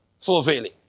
fulfilling